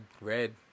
red